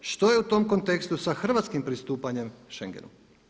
Što je u tom kontekstu sa hrvatskim pristupanjem Schengenu?